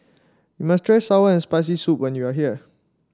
you must try sour and Spicy Soup when you are here